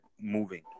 moving